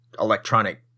electronic